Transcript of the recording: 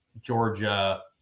Georgia